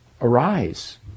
arise